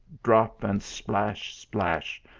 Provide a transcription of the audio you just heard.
drop, and splash, splash,